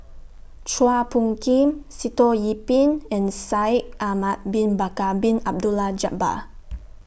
Chua Phung Kim Sitoh Yih Pin and Shaikh Ahmad Bin Bakar Bin Abdullah Jabbar